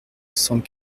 cent